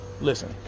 Listen